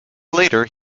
later